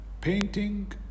painting